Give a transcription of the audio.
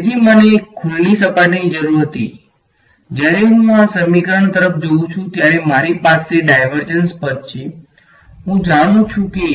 તેથી મને એક ખુલ્લી સપાટીની જરૂર હતી જ્યારે હું આ સમીકરણ તરફ જોઉં છું ત્યારે મારી પાસે ડાઈવર્જંસ પદ છે અને હું જાણું છું કે